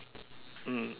mm